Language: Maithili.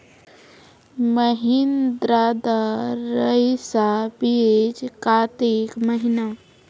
महिंद्रा रईसा बीज कार्तिक महीना?